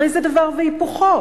הרי זה דבר והיפוכו.